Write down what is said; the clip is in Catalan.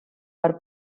per